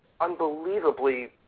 unbelievably